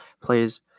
plays